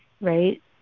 right